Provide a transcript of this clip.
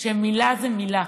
שמילה זו מילה.